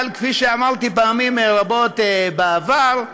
אבל, כפי שאמרתי פעמים רבות בעבר,